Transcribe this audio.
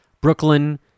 Brooklyn